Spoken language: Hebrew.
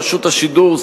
רשות השידור,